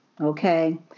okay